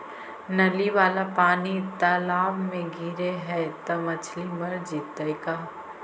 नली वाला पानी तालाव मे गिरे है त मछली मर जितै का?